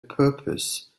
purpose